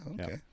Okay